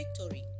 victory